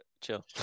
Chill